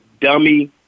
dummy